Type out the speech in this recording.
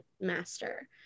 master